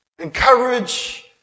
Encourage